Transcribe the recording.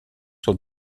sont